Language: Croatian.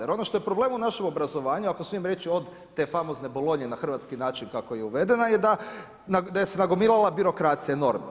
Jer ono što je problem u našem obrazovanju, ako smijem reći od te famozne bolonje na hrvatski način kako je uvedena, je da se nagomilala birokracija, enormnom.